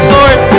Lord